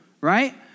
right